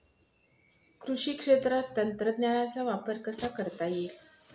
कृषी क्षेत्रात तंत्रज्ञानाचा वापर कसा करता येईल?